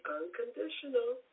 unconditional